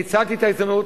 ניצלתי את ההזדמנות,